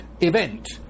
event